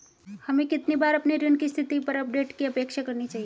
हमें कितनी बार अपने ऋण की स्थिति पर अपडेट की अपेक्षा करनी चाहिए?